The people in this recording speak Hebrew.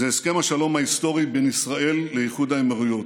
הוא הסכם השלום ההיסטורי בין ישראל לאיחוד האמירויות.